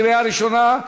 לקריאה ראשונה.